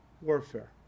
warfare